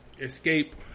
escape